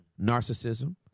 narcissism